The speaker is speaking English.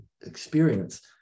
experience